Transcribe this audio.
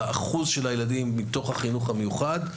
באחוז של הילדים מתוך החינוך המיוחד,